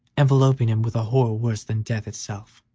enveloping him with a horror worse than death itself.